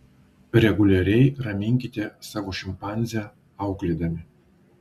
reguliariai raminkite savo šimpanzę auklėdami